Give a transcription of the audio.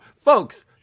folks